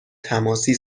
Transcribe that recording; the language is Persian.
تماسی